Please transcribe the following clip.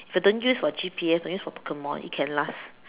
if I don't use for G_P_S I use for Pokemon it can last